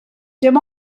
dim